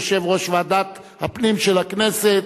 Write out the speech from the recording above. יושב-ראש ועדת הפנים של הכנסת,